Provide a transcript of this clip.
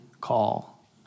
call